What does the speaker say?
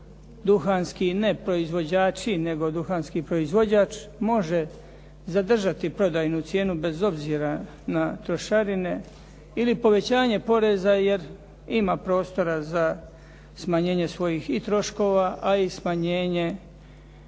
duhanski ne proizvođači, nego duhanski proizvođač može zadržati prodajnu cijenu bez obzira na trošarine ili povećanje poreza jer ima prostora za smanjenje svojih i troškova, a i smanjenje